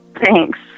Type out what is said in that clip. Thanks